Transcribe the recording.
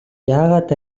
яагаад